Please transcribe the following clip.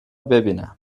بیینم